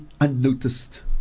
unnoticed